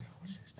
שוק